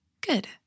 Good